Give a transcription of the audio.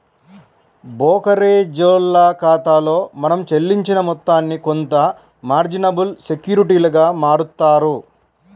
బోకరేజోల్ల ఖాతాలో మనం చెల్లించిన మొత్తాన్ని కొంత మార్జినబుల్ సెక్యూరిటీలుగా మారుత్తారు